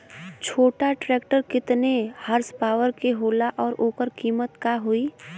छोटा ट्रेक्टर केतने हॉर्सपावर के होला और ओकर कीमत का होई?